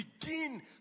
begin